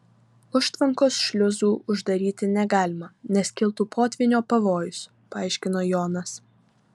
užtvankos šliuzų uždaryti negalima nes kiltų potvynio pavojus paaiškino jonas